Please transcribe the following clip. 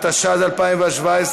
התשע"ז 2017,